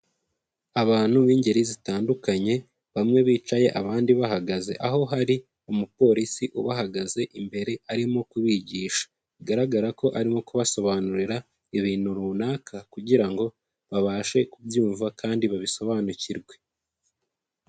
Abantu b'ingeri zitandukanye bamwe bicaye abandi bahagaze aho hari umupolisi ubahagaze imbere arimo kubigisha bigaragara ko arimo kubasobanurira ibintu runaka kugira ngo babashe kubyumva kandi babisobanukirwe.